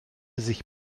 sich